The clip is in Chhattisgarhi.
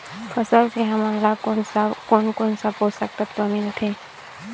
फसल से हमन ला कोन कोन से पोषक तत्व मिलथे?